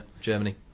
Germany